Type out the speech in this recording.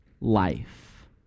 life